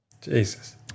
Jesus